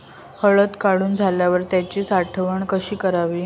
हळद काढून झाल्यावर त्याची साठवण कशी करावी?